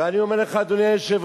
ואני אומר לך, אדוני היושב-ראש,